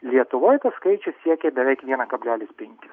lietuvoj skaičius siekia beveik vieną kablelis penkis